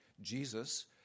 Jesus